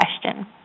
question